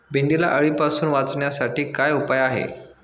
भेंडीला अळीपासून वाचवण्यासाठी काय उपाय आहे?